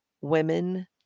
women